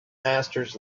masters